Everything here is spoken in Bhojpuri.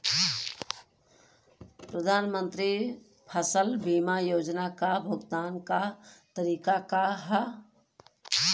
प्रधानमंत्री फसल बीमा योजना क भुगतान क तरीकाका ह?